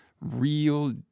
real